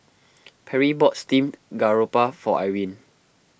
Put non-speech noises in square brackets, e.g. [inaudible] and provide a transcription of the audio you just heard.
[noise] Perri bought Steamed Garoupa for Irene